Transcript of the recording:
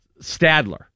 Stadler